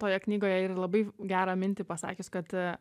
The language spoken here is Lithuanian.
toje knygoje yra labai gerą mintį pasakius kad